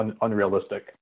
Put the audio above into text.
unrealistic